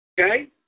Okay